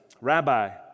Rabbi